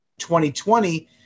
2020